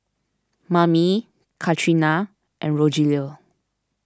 Mame Katrina and Rogelio